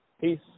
Peace